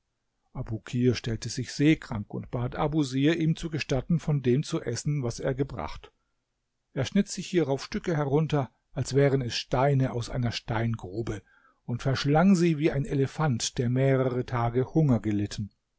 abukir stellte sich seekrank und bat abusir ihm zu gestatten von dem zu essen was er gebracht er schnitt sich hierauf stücke herunter als wären es steine aus einer steingrube und verschlang sie wie ein elefant der mehrere tage hunger gelitten